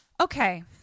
Okay